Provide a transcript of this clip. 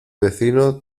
vecino